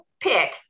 pick